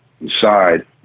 inside